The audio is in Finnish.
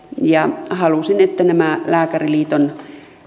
halusin että nämä lääkäriliiton